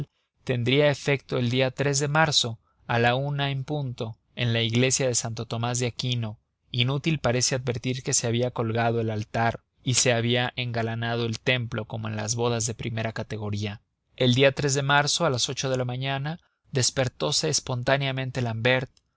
tendría efecto el día de marzo a la una en punto en la iglesia de santo tomás de aquino inútil parece advertir que se había colgado el altar y se había engalanado el templo como en las bodas de primera categoría el día de marzo a las ocho de la mañana despertose espontáncamente l'ambert